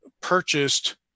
purchased